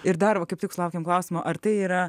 ir dar va kaip tik sulaukėm klausimo ar tai yra